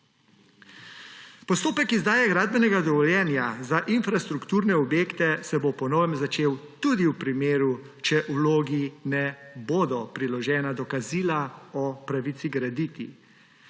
Postopek izdaje gradbenega dovoljenja za infrastrukturne objekte se bo po novem začel, tudi če vlogi ne bodo priložena dokazila o pravici graditi.